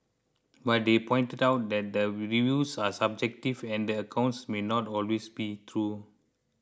but they pointed out that the reviews are subjective and the accounts may not always be true